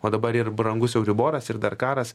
o dabar ir brangus euriboras ir dar karas